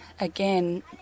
again